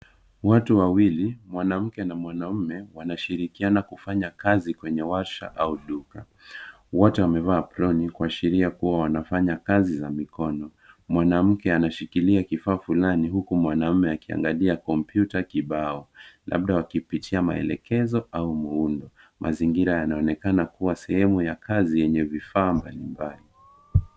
Watu wawili, mwanamke na mwanaume wanashirikiana kufanya kazi kwenye washa au duka. Wote wamevaa aproni kuashiria kuwa wanafanya kazi za mikono .Mwanamke anashikilia kifaa fulani huku mwanaume akiangalia kompyuta kibao. Labda wakipitia maelekezo au muundo. Mazingira yanaonekana kuwa sehemu ya kazi yenye vifaa mbalimbali.